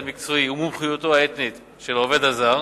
המקצועי ומומחיותו האתנית של העובד הזר,